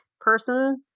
person